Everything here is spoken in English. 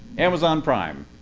amazon prime.